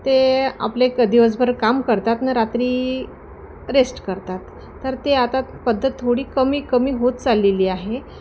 ते आपले एक दिवसभर काम करतात न रात्री रेस्ट करतात तर ते आता पद्धत थोडी कमी कमी होत चाललेली आहे